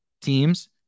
teams